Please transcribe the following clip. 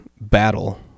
battle